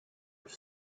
już